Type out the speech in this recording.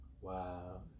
Wow